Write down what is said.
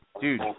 dude